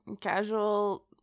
casual